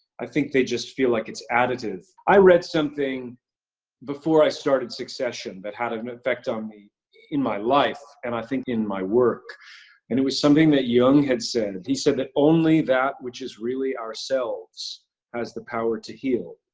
i think they just feel like it's additive. i read something before i started succession that had an effect on me in my life, and i think in my work, and it was something that jung had said. he said, only that which is really ourselves has the power to heal.